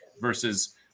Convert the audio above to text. versus